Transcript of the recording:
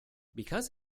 because